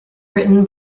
written